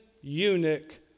eunuch